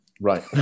Right